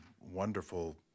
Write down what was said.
wonderful